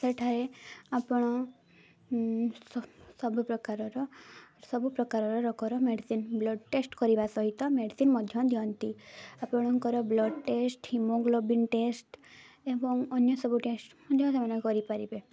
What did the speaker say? ସେଠାରେ ଆପଣ ସବୁପ୍ରକାରର ସବୁ ପ୍ରକାରର ରୋଗର ମେଡ଼ିସିନ୍ ବ୍ଲଡ଼୍ ଟେଷ୍ଟ୍ କରିବା ସହିତ ମେଡ଼ିସିନ୍ ମଧ୍ୟ ଦିଅନ୍ତି ଆପଣଙ୍କର ବ୍ଲଡ଼୍ ଟେଷ୍ଟ୍ ହେମୋଗ୍ଲୋବିନ୍ ଟେଷ୍ଟ୍ ଏବଂ ଅନ୍ୟ ସବୁ ଟେଷ୍ଟ୍ ମଧ୍ୟ ସେମାନେ କରିପାରିବେ